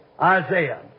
Isaiah